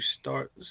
start